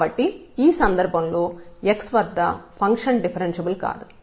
కాబట్టి ఈ సందర్భంలో x వద్ద ఫంక్షన్ డిఫరెన్ష్యబుల్ కాదు